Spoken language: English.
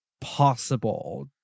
possible